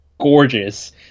gorgeous